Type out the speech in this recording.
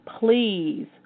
please